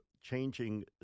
changing